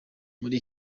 muri